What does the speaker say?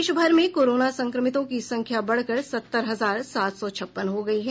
देश भर में कोरोना संक्रमितों की संख्या बढ़कर सत्तर हजार सात सौ छप्पन हो गयी है